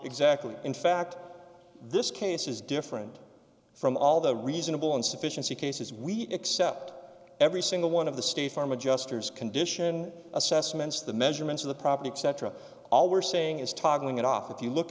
exactly in fact this case is different from all the reasonable insufficiency cases we accept every single one of the state farm adjusters condition assessments the measurements of the property etc all we're saying is toggling it off if you look